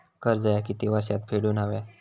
कर्ज ह्या किती वर्षात फेडून हव्या?